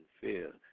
fear